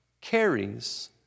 carries